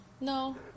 no